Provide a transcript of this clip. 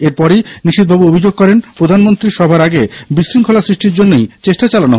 এরপরই নিশীখবাবু অভিযোগ করেনপ্রধানমন্ত্রীর সভার আগে বিশৃঙ্খলা সৃষ্টির জন্যই চেষ্টা চালানো হচ্ছে